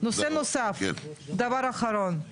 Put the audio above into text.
נושא נוסף דבר אחרון,